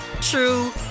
true